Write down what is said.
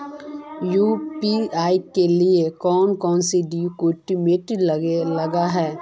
UPI के लिए कौन कौन से डॉक्यूमेंट लगे है?